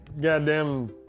goddamn